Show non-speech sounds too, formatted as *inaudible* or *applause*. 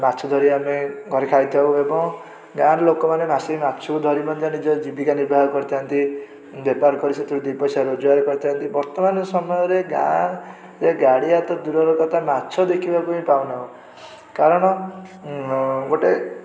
ମାଛ ଧରି ଆମେ ଘରେ ଖାଇଥାଉ *unintelligible* ଏବଂ ଗାଁର ଲୋକମାନେ ଆସି ମାଛକୁ ଧରି ମଧ୍ୟ ନିଜର ଜୀବିକା ନିର୍ବାହ କରିଥାନ୍ତି ବେପାର କରି ସେଥିରୁ ଦୁଇ ପଇସା ରୋଜଗାର କରିଥାନ୍ତି ବର୍ତ୍ତମାନ ସମୟରେ ଗାଁରେ ଗାଡ଼ିଆ ତ ଦୂରର କଥା ମାଛ ଦେଖିବାକୁ ବି ପାଉନାହୁଁ କାରଣ ଗୋଟେ